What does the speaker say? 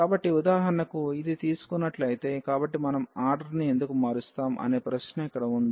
కాబట్టి ఉదాహరణకు ఇది తీసుకున్నట్లైతే కాబట్టి మనం ఆర్డర్ని ఎందుకు మారుస్తాం అనే ప్రశ్న ఇక్కడ ఉంది